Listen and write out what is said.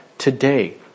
Today